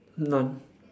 none